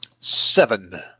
Seven